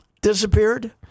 disappeared